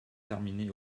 terminé